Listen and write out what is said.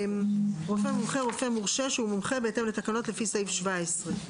"רופא מומחה" רופא מורשה שהוא מומחה בהתאם לתקנות לפי סעיף 17,